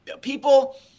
people